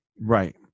Right